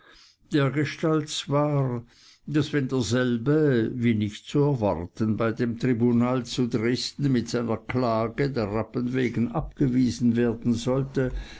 dergestalt zwar daß wenn derselbe wie nicht zu erwarten bei dem tribunal zu dresden mit seiner klage der rappen wegen abgewiesen werden sollte